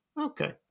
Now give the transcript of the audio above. Okay